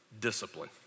discipline